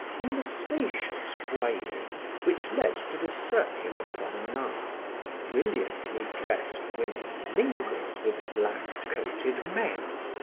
in the spacious foyer which led to the circular promenade, brilliantly dressed women mingled with black-coated men.